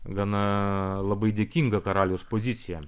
gana labai dėkinga karaliaus pozicija